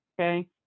okay